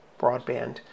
broadband